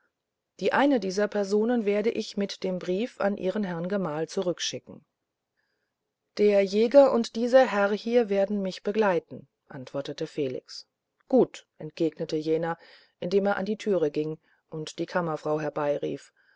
die eine dieser personen werde ich mit dem briefe an ihren herrn gemahl zurückschicken der jäger und dieser herr hier werden mich begleiten antwortete felix gut entgegnete jener indem er an die türe ging und die kammerfrau